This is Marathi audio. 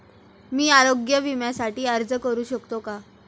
मी आरोग्य विम्यासाठी अर्ज करू शकतो का?